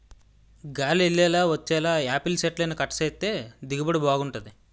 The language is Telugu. గాలి యెల్లేలా వచ్చేలా యాపిల్ సెట్లని కట్ సేత్తే దిగుబడి బాగుంటది